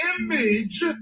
image